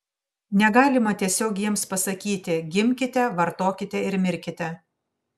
negalima tiesiog jiems pasakyti gimkite vartokite ir mirkite